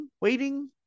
waiting